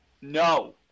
No